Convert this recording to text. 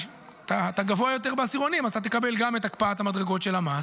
אתה גבוה יותר בעשירונים אז אתה תקבל גם את הקפאת המדרגות של המס,